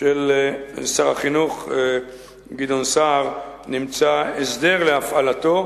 של שר החינוך גדעון סער, נמצא הסדר להפעלתו,